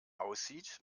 aussieht